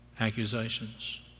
accusations